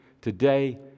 today